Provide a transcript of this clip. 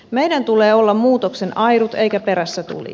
meidän tulee olla muutoksen airut eikä perässätulija